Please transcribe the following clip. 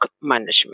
management